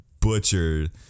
butchered